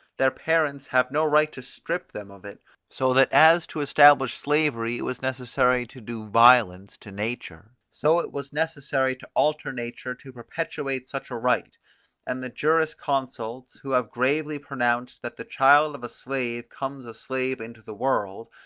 their parents have no right to strip them of it so that as to establish slavery it was necessary to do violence to nature, so it was necessary to alter nature to perpetuate such a right and the jurisconsults, who have gravely pronounced that the child of a slave comes a slave into the world,